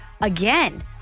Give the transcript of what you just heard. Again